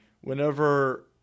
Whenever